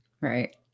right